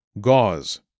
Gauze